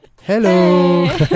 Hello